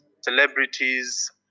celebrities